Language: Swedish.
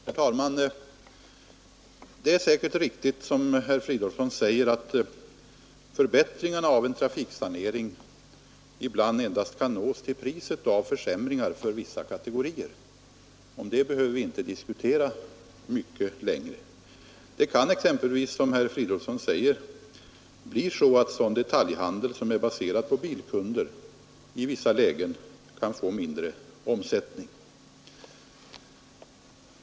Herr talman! Det är säkert riktigt som herr Fridolfsson i Stockholm säger, att förbättringarna av en trafiksanering ibland endast kan uppnås till priset av försämringar för vissa kategorier. Om det behöver vi inte diskutera mycket längre. Det kan exempelvis, som herr Fridolf: påpekar, bli så att detaljhandel som är baserad på bilkunder i vissa lägen kan få mindre omsättning.